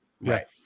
Right